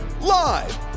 Live